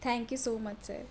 thank you so much sir